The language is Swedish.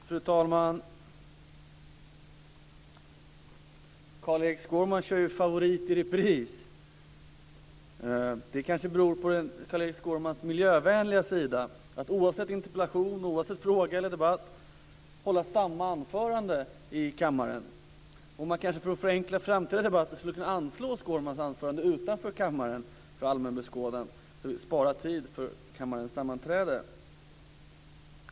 Fru talman! Carl-Erik Skårman kör med favorit i repris - han har en benägenhet att oavsett fråga eller debatt hålla samma anförande i kammaren. Man skulle kanske för att förenkla framtida debatter kunna anslå Skårmans anförande utanför kammaren för allmän beskådan. Då spar vi tid för kammarens sammanträden.